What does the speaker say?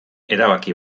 erabaki